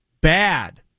bad